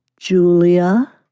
Julia